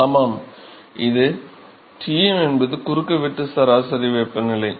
மாணவர் ஆமாம் இது Tm என்பது குறுக்கு வெட்டு சராசரி வெப்ப நிலை